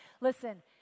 Listen